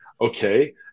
Okay